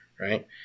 right